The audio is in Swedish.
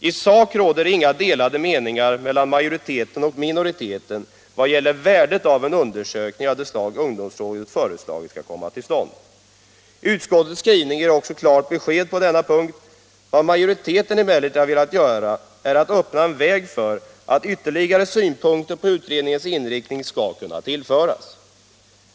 I sak råder inga delade meningar mellan majoriteten och minoriteten vad gäller värdet av att en undersökning av det slag ungdomsrådet föreslagit kommer till stånd. Utskottets skrivning ger också klart besked på denna punkt. Vad majoriteten emellertid har velat göra är att öppna en väg för att ytterligare synpunkter på utredningens inriktning skall kunna tillföras.